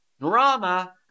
drama